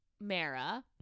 Mara